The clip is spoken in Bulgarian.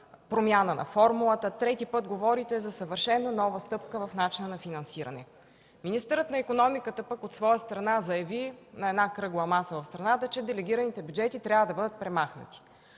промяна на формулата, трети път говорите за съвършено нова стъпка в начина на финансиране. Министърът на икономиката пък от своя страна заяви на една кръгла маса в страната, че делегираните бюджети трябва да бъдат премахнати.